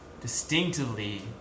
distinctively